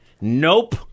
Nope